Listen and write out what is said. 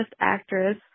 actress